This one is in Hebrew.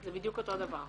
זה בדיוק אותו דבר,